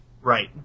Right